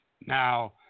Now